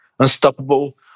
unstoppable